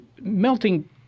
melting